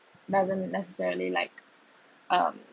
doesn't necessarily like um